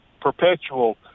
perpetual